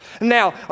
Now